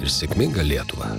ir sėkminga lietuva